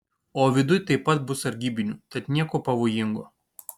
o viduj taip pat bus sargybinių tad nieko pavojingo